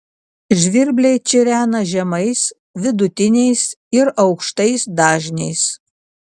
žvirbliai čirena žemais vidutiniais ir aukštais dažniais